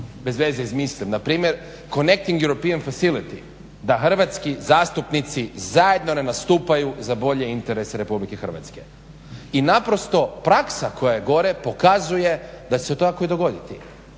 bez veze izmislim npr. connecting european facilities da hrvatski zastupnici zajedno ne nastupaju za bolje interese RH. I naprosto praksa koja je gore pokazuje da će se to tako i dogoditi.